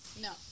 no